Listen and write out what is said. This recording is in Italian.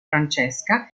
francesca